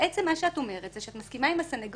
בעצם מה שאת אומרת הוא שאת מסכימה עם הסניגוריה